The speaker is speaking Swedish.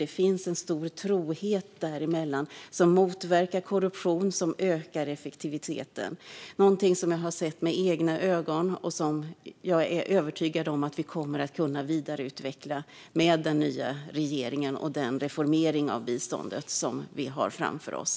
Det finns en stor trohet däremellan som motverkar korruption och ökar effektiviteten. Det är något som jag har sett med egna ögon och som jag är övertygad om att vi kommer att kunna vidareutveckla med den nya regeringen och den reformering av biståndet som vi har framför oss.